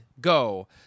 go